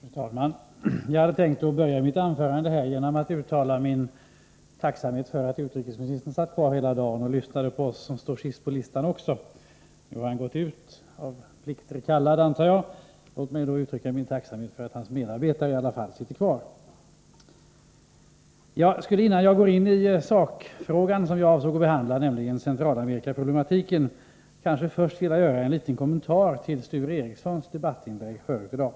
Fru talman! Jag hade tänkt att börja mitt anförande med att uttala min tacksamhet över att utrikesministern satt kvar hela dagen för att lyssna också på oss som står sist på listan. Nu har han gått ut — av plikter kallad antar jag. Låt mig då uttrycka min tacksamhet för att hans medarbetare i alla fall sitter kvar. Jag skulle innan jag går in på den sakfråga jag avsåg att behandla, nämligen Centralamerika-problematiken, först vilja göra en liten kommentar till Sture Ericsons debattinlägg tidigare i dag.